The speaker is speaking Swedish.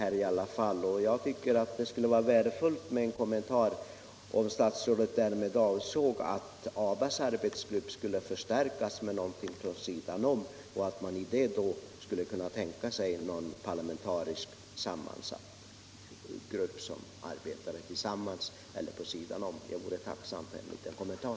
Det skulle därför vara värdefullt om statsrådet ville tala om huruvida han anser att ABA:s arbetsgrupp bör förstärkas och om han i så fall kan tänka sig en parlamentariskt sammansatt grupp som arbetar tillsammans med ABA: s arbetsgrupp eller vid sidan om den. Jag vore tacksam för en kommentar.